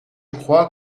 crois